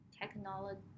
technology